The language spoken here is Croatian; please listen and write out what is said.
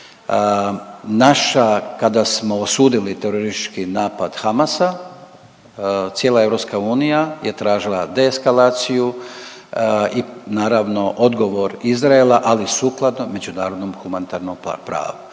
Naša, kada smo osudili teroristički napad Hamasa, cijela EU je tražila de eskalaciju i naravno odgovor Izraela, ali sukladno međunarodnom humanitarnom pravu.